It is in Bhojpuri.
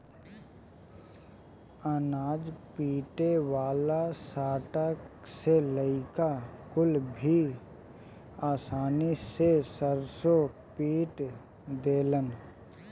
अनाज पीटे वाला सांटा से लईका कुल भी आसानी से सरसों पीट देलन